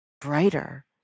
brighter